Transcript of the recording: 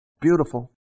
Beautiful